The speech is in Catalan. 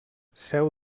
seu